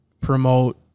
promote